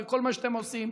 וכל מה שאתם עושים,